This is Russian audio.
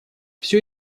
все